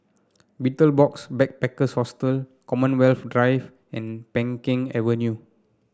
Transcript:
Betel Box Backpackers Hostel Commonwealth Drive and Peng Kang Avenue